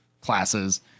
classes